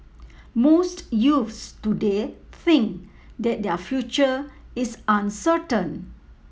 most youths today think that their future is uncertain